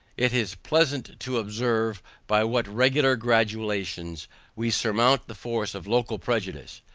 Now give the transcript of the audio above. it is pleasant to observe by what regular gradations we surmount the force of local prejudice,